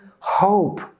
hope